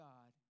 God